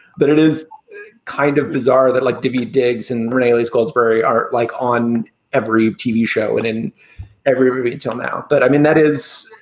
but it is kind of bizarre that like debbie diggs and rene goldsberry are like on every tv show and in every movie until now. but i mean, that is,